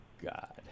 God